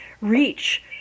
reach